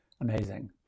amazing